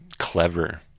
clever